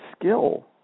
skill